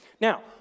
Now